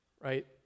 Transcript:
right